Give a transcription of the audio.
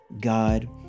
god